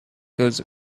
goes